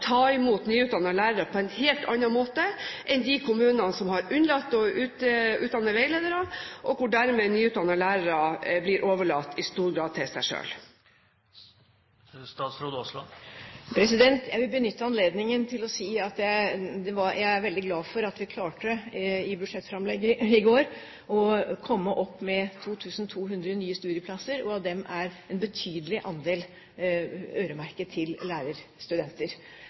ta imot nyutdannede lærere på en helt annen måte, og de kommunene som har unnlatt å utdanne veiledere, hvor nyutdannede lærere dermed i stor grad blir overlatt til seg selv? Jeg vil benytte anledningen til å si at jeg er veldig glad for at vi i budsjettframlegget i går klarte å komme opp med 2 200 nye studieplasser, og av dem er en betydelig andel øremerket lærerstudenter.